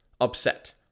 upset